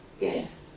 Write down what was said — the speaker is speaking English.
Yes